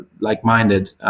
like-minded